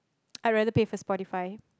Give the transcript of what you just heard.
I rather pay for Spotify